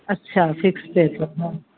अच्छा fix rate हूंदो आहे